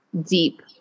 deep